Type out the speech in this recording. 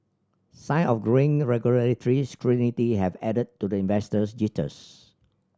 sign of growing regulatory scrutiny have added to the investors jitters